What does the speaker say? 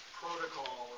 protocol